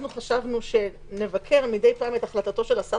אנחנו חשבנו שנבקר מדי פעם את החלטת השר